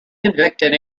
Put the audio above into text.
convicted